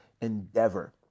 endeavor